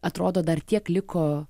atrodo dar tiek liko